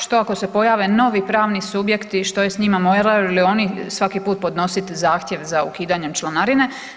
Što ako se pojave novi pravni subjekti što je s njima, moraju li oni svaki put podnosit zahtjev za ukidanjem članarine?